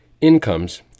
incomes